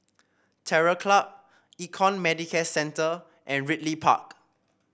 Terror Club Econ Medicare Centre and Ridley Park